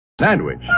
Sandwich